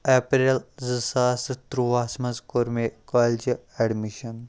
April زٕ ساس تہٕ تُرٛیٛووُہَس منٛز کوٚر مےٚ کالجہِ ایٚڈمِشن